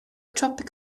tropic